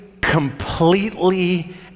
completely